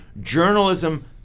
journalism